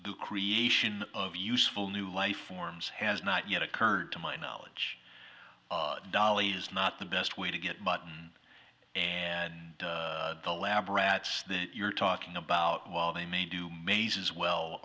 the creation of useful new life forms has not yet occurred to my knowledge dolly is not the best way to get mutton and the lab rats that you're talking about while they may do mazes well